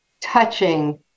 touching